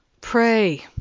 pray